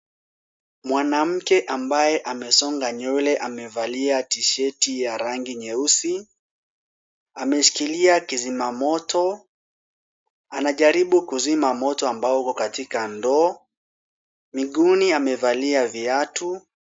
Mwanamke ambaye amesonga nywele, amevalia tshirt ya rangi nyeusi. Ameshikilia kizima moto, anajaribu kuzima moto ambao uko katika ndoo. Miguuni amevalia viatu.